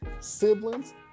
siblings